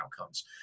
outcomes